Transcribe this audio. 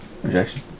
projection